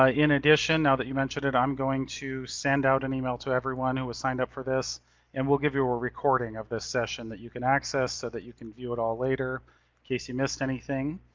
ah in addition, now that you mentioned it, i'm going to send out an email to everyone who has signed up for this and we'll give you a recording of this session that you can access. so that you can view it all later in case you missed anything.